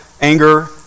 anger